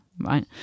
Right